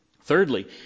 Thirdly